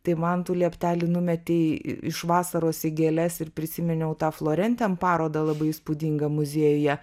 tai man tu lieptelį numetei iš vasaros į gėles ir prisiminiau tą florentem parodą labai įspūdingą muziejuje